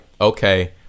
okay